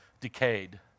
decayed